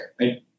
Right